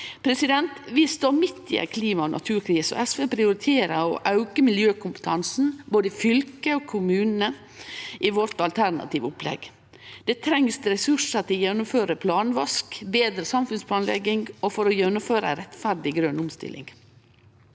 Vi står midt i ei klima- og naturkrise. SV prioriterer å auke miljøkompetansen i både fylka og kommunane i sitt alternative opplegg. Det trengst ressursar til å gjennomføre planvask og betre samfunnsplanlegging og for å gjennomføre ei rettferdig grøn omstilling.